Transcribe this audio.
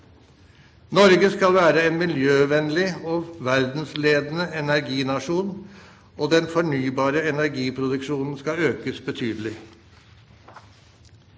Norge skal være en miljøvennlig og verdensledende energinasjon, og den fornybare energiproduksjonen skal økes betydelig.